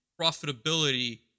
profitability